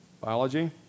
Biology